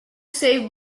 save